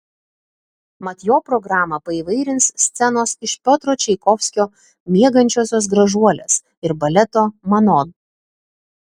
mat jo programą paįvairins scenos iš piotro čaikovskio miegančiosios gražuolės ir baleto manon